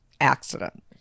accident